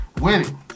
Winning